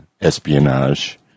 espionage